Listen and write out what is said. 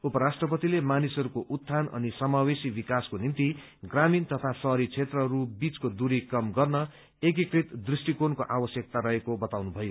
उपराष्ट्रपतिले मानिसहरूको उत्थान अनि समावेशी विकासको निम्ति ग्रामीण तथा शहरी क्षेत्रहरू बीचको दूरी कम गर्न एकीकृत दृष्टिकोणको आवश्यकता रहेको वताउनुभयो